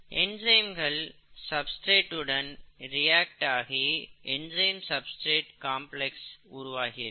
என்சைம்கள் சப்ஸ்டிரேட் உடன் ரியாக்ட் ஆகி என்சைம் சப்ஸ்டிரேட் காம்ப்ளெக்ஸ் உருவாகிறது